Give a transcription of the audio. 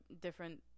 different